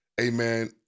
Amen